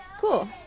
cool